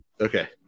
Okay